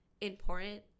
important